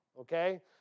Okay